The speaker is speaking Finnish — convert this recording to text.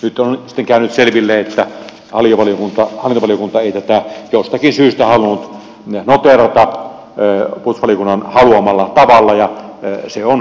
nyt on sitten käynyt selville että hallintovaliokunta ei tätä jostakin syystä halunnut noteerata puolustusvaliokunnan haluamalla tavalla ja se on kieltämättä pettymys